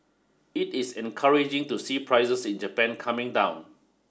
it is encouraging to see prices in Japan coming down